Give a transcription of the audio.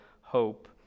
hope